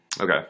Okay